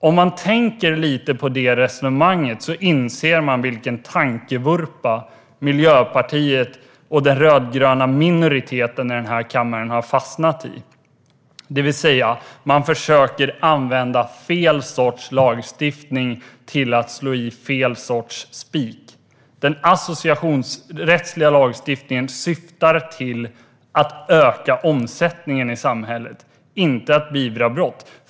Om man tänker lite på resonemanget inser man vilken tankevurpa Miljöpartiet och den rödgröna minoriteten i kammaren har fastnat i, det vill säga att de försöker använda fel sorts lagstiftning till att slå i fel sorts spik. Den associationsrättsliga lagstiftningen syftar till att öka omsättningen i samhället och inte till att beivra brott.